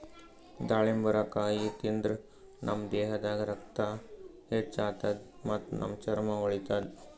ದಾಳಿಂಬರಕಾಯಿ ತಿಂದ್ರ್ ನಮ್ ದೇಹದಾಗ್ ರಕ್ತ ಹೆಚ್ಚ್ ಆತದ್ ಮತ್ತ್ ನಮ್ ಚರ್ಮಾ ಹೊಳಿತದ್